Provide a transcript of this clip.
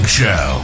show